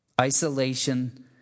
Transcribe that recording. Isolation